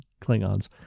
Klingons